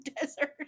desert